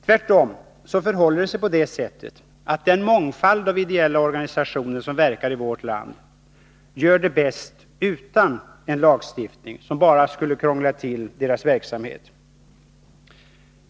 Tvärtom förhåller det sig på det sättet att den mångfald av ideella organisationer som verkar i vårt land gör det bäst utan en lagstiftning, som bara skulle krångla till deras verksamhet.